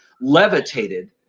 levitated